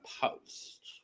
Post